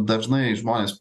dažnai žmonės